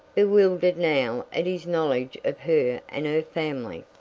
bewildered now at his knowledge of her and her family.